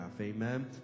Amen